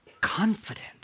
confident